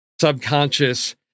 subconscious